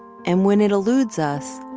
and when it eludes us,